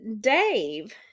Dave